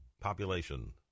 population